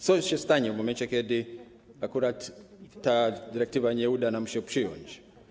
Co się stanie w momencie, kiedy akurat tej dyrektywy nie uda się nam przyjąć?